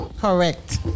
Correct